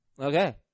Okay